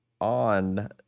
on